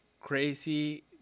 crazy